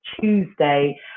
Tuesday